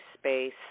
space